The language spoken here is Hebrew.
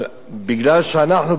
אבל מכיוון שאנחנו,